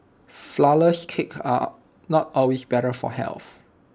Flourless Cakes are not always better for health